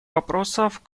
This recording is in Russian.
вопросов